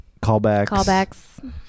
Callbacks